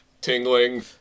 Tingling